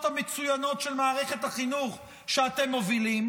המצוינות של מערכת החינוך שאתם מובילים,